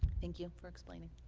thank you for explaining